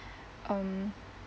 um